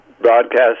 broadcast